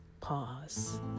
pause